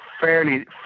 fairly